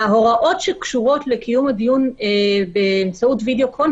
ההוראות שקשורות לקיום הדיון באמצעות Video Conference